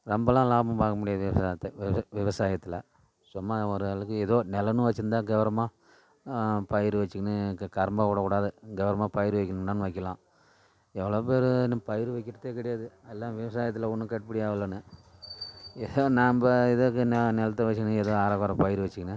ரொம்ப எல்லாம் லாபம் பார்க்க முடியாது விவசாயத்தில் சும்மா ஒரு ஆளுக்கு எதோ நிலனு வச்சிருந்தால் கெவுரம்மாக பயிர் வச்சிகின்னு கரம்பா விடக்கூடாது கௌர்மாக பயிர் வைக்கணுன்னா வைக்கலாம் எவ்வளோ பேர் இன்னும் பயிர் வைக்கிறதே கிடயாது எல்லாம் விவசாயத்தில் ஒன்றும் கட்டுப்படியாவலன்னு எதோ நம்ப இதுக்குன்னு நிலத்த வச்சிக்கின்னு எதோ அரைகொற பயிறு வச்சிகின்னு